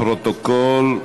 לפרוטוקול,